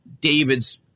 David's